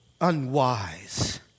unwise